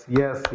yes